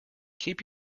keep